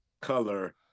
Color